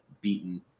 beaten